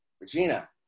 Regina